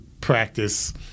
practice